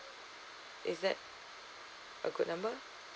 is that a good number